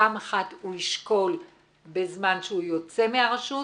פעם אחת הוא ישקול בזמן שהוא יוצא מהרשות,